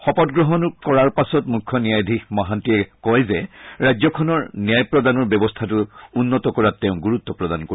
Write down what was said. শপতগ্ৰহণ কৰাৰ পাছত মুখ্যন্যায়াধীশ মহণ্টিয়ে কয়ে যে ৰাজ্যখনৰ ন্যায় প্ৰদানৰ ব্যৱস্থাটো উন্নত কৰাত গুৰুত্ব প্ৰদান কৰিব